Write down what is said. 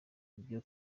ibyo